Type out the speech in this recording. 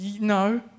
No